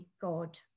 God